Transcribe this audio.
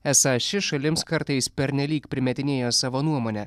esą ši šalims kartais pernelyg primetinėja savo nuomonę